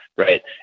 Right